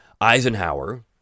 Eisenhower